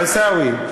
עיסאווי,